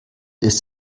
ist